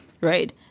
Right